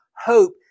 hope